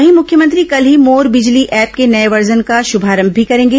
वहीं मुख्यमंत्री कल ही मोर बिजली ऐप के नये वर्जन का शुभारंभ भी करेंगे